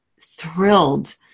thrilled